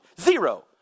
Zero